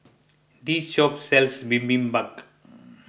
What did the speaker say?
this shop sells Bibimbap